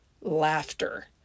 laughter